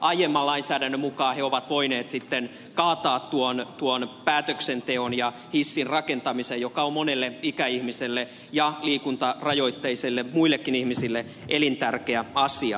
aiemman lainsäädännön mukaan he ovat voineet sitten kaataa tuon päätöksenteon ja hissin rakentamisen joka on monelle ikäihmiselle ja liikuntarajoitteiselle ja muillekin ihmisille elintärkeä asia